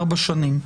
ארבע שנים.